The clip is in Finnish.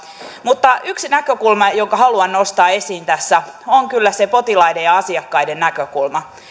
mutta yksi näkökulma jonka haluan nostaa esiin tässä on kyllä se potilaiden ja asiakkaiden näkökulma